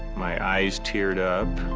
my eyes teared up.